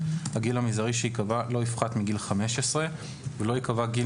הגיל המזערי שייקבע לא יפחת מגיל 15 ולא ייקבע גיל